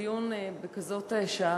תודה, הדיון בכזאת שעה,